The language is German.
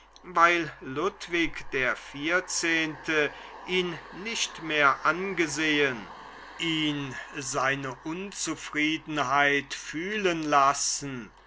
weil ludwig der vierzehnte ihn nicht mehr angesehen ihn seine unzufriedenheit fühlen lassen